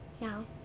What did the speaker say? No